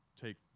take